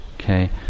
okay